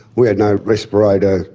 we had no respirators,